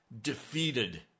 defeated